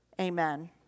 Amen